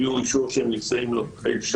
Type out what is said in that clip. הביאו אישור שהם נישאים ---.